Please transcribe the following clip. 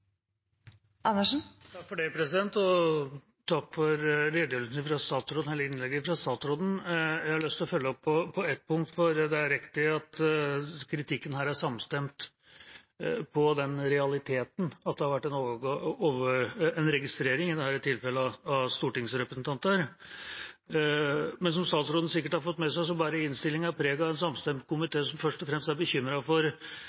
innlegget fra statsråden. Jeg har lyst å følge opp på ett punkt. Det er riktig at kritikken er samstemt om den realiteten at det har vært en registrering, i dette tilfellet av stortingsrepresentanter. Men som statsråden sikkert har fått med seg, bærer innstillingen preg av at det er en samstemt komité som først og fremst er bekymret for